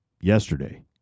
yesterday